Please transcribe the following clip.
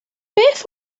beth